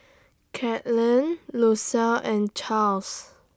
Katlin Lucile and Charles